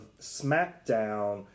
SmackDown